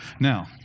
Now